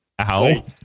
Ow